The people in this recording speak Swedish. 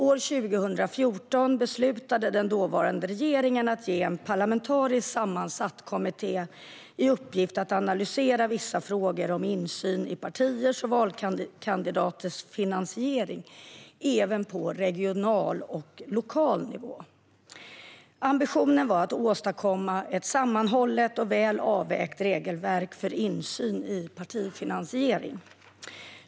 År 2014 beslutade den dåvarande regeringen att ge en parlamentariskt sammansatt kommitté i uppgift att analysera vissa frågor om insyn i partiers och valkandidaters finansiering, även på regional och lokal nivå. Ambitionen var att åstadkomma ett sammanhållet och väl avvägt regelverk för insyn i partifinansiering.